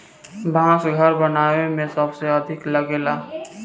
बांस घर बनावे में सबसे अधिका लागेला